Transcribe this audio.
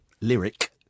lyric